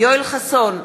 יואל חסון,